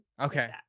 Okay